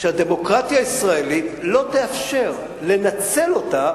שהדמוקרטיה הישראלית לא תאפשר לנצל אותה